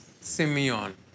Simeon